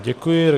Děkuji.